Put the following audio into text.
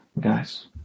guys